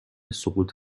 سقوط